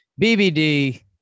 bbd